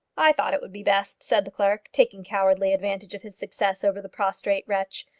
i thought it would be best, said the clerk, taking cowardly advantage of his success over the prostrate wretch.